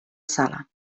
sala